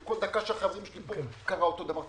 כל דקה שהחברים שלי פה קרה אותו דבר.